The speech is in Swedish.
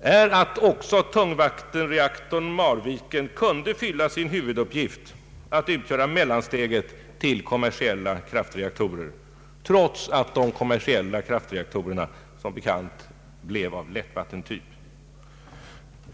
är att också tungvattenreaktorn Marviken kunde fylla sin huvuduppgift att utgöra mellansteget till kommersiella kraftreaktorer, trots att dessa kommersiella kraftreaktorer som bekant blev av lättvattentyp.